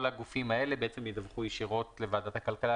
כל הגופים האלה ידווחו ישירות לוועדת הכלכלה,